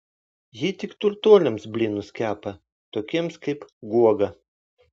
ji tik turtuoliams blynus kepa tokiems kaip guoga